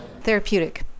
Therapeutic